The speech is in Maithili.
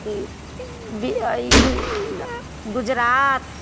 गुजरात